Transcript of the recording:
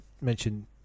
mention